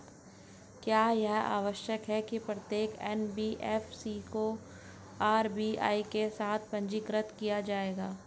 क्या यह आवश्यक है कि प्रत्येक एन.बी.एफ.सी को आर.बी.आई के साथ पंजीकृत किया जाए?